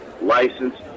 license